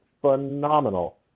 phenomenal